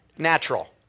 Natural